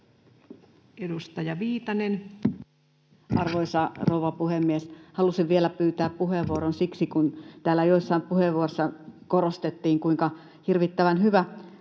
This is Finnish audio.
Edustaja Viitanen. Arvoisa rouva puhemies! Halusin vielä pyytää puheenvuoron siksi, että täällä joissain puheenvuoroissa korostettiin, kuinka hirvittävän hyvä kohde